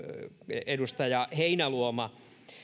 edustaja